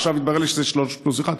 עכשיו התברר לי שזה שלושה פלוס אחד.